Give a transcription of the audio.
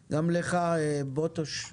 גם לך בוטוש,